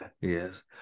yes